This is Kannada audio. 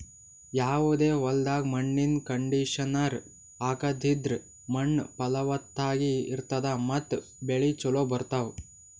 ಯಾವದೇ ಹೊಲ್ದಾಗ್ ಮಣ್ಣಿನ್ ಕಂಡೀಷನರ್ ಹಾಕದ್ರಿಂದ್ ಮಣ್ಣ್ ಫಲವತ್ತಾಗಿ ಇರ್ತದ ಮತ್ತ್ ಬೆಳಿ ಚೋಲೊ ಬರ್ತಾವ್